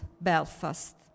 Belfast